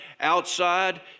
outside